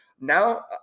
Now